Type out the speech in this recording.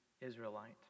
Israelite